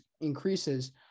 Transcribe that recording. increases